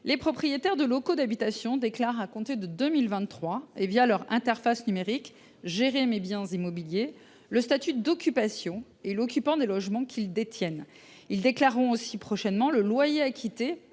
les propriétaires de locaux d’habitation déclarent, à compter de 2023, l’interface numérique Gérer mes biens immobiliers du site impots.gouv.fr, le statut d’occupation et l’occupant des logements qu’ils détiennent. Ils déclareront aussi prochainement le loyer acquitté